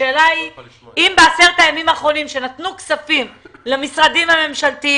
השאלה היא אם בעשרת הימים האחרונים שנתנו כסף למשרדי הממשלה,